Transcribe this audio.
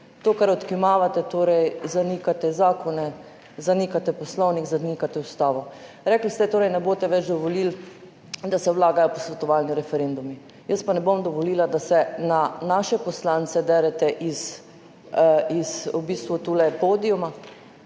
to, kar odkimavate, torej zanikate zakone, zanikate poslovnik, zanikate ustavo. Rekli ste, da ne boste več dovolili, da se vlagajo posvetovalni referendumi. Jaz pa ne bom dovolila, da se na naše poslance derete iz podiuma.